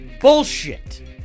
bullshit